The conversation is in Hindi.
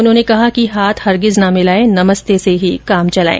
उन्होंने कहा कि हाथ हरगिज न मिलाएं नमस्ते से ही काम चलाएं